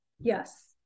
Yes